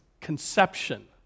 conception